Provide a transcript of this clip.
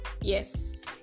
Yes